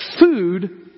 food